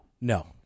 No